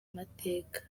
mateka